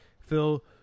Phil